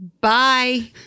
Bye